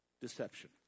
deception